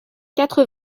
quatre